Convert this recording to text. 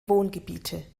wohngebiete